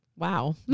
Wow